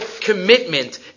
commitment